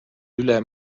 üle